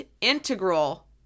integral